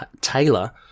Taylor